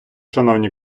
шановні